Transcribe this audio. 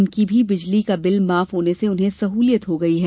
उनका भी बिजली माफ होने से उन्हे सहूलियत हो गई है